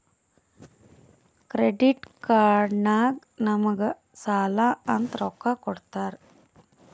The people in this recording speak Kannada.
ಕ್ರೆಡಿಟ್ ಕಾರ್ಡ್ ನಾಗ್ ನಮುಗ್ ಸಾಲ ಅಂತ್ ರೊಕ್ಕಾ ಕೊಡ್ತಾರ್